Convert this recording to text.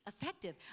effective